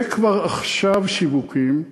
יהיו כבר עכשיו שיווקים,